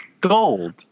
Gold